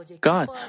God